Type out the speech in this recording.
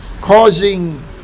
Causing